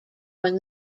when